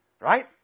Right